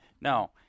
No